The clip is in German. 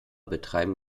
betreiben